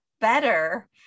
better